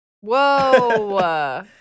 Whoa